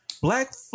Black